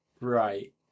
Right